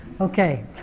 okay